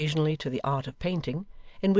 and occasionally to the art of painting,